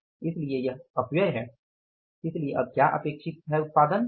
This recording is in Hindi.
इसलिए यह अपव्यय है इसलिए अब क्या अपेक्षित है उत्पादन 1700 है